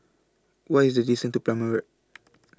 What IS The distance to Plumer Road